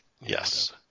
Yes